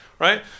Right